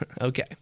Okay